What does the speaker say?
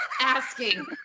asking